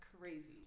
crazy